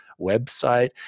website